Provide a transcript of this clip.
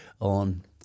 on